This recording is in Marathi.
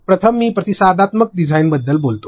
प्रथम मी प्रतिसादात्मक डिझाइनबद्दल बोलू